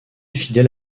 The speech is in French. fidèle